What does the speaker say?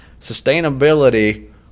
Sustainability